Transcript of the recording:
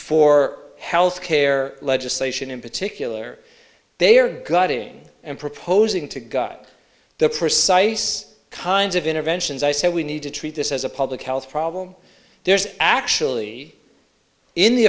for health care legislation in particular they are guiding and proposing to guide the precise kinds of interventions i said we need to treat this as a public health problem there's actually in the